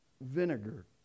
vinegar